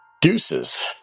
deuces